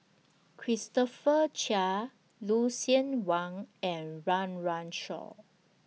Christopher Chia Lucien Wang and Run Run Shaw